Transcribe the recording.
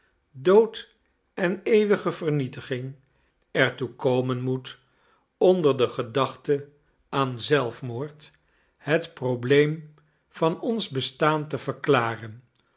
dood en eeuwige vernietiging er toe komen moet onder de gedachte aan zelfmoord het probleem van ons bestaan te verklaren